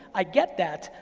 i get that,